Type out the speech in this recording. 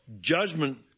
judgment